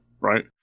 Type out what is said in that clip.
right